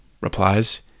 replies